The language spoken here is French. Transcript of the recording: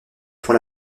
pour